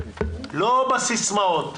לא בסיסמאות,